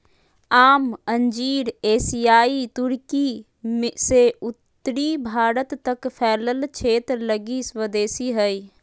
आम अंजीर एशियाई तुर्की से उत्तरी भारत तक फैलल क्षेत्र लगी स्वदेशी हइ